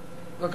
בבקשה.